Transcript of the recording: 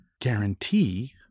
guarantee